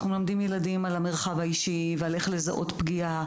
אנחנו מלמדים ילדים על המרחב האישי ועל איך לזהות פגיעה